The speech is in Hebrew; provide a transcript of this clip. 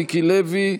מיקי לוי,